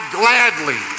gladly